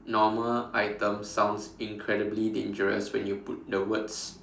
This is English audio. normal item sounds incredibly dangerous when you put the words